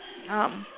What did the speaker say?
um